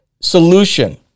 solution